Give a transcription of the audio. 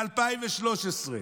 ב-2013.